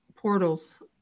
portals